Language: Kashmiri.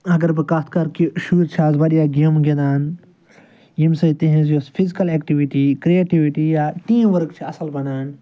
اگر بہٕ کتھ کَرٕ کہ شُرۍ چھِ آز واریاہ گیمہٕ گِنٛدان ییٚمہِ سۭتۍ تِہٕنٛز یوٚس فِزکَل ایٚکٹِوِٹی کرٛیٹِوِٹی یا ٹیٖم ؤرک چھِ اصل بَنان